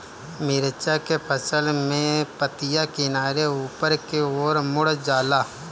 मिरचा के फसल में पतिया किनारे ऊपर के ओर मुड़ जाला?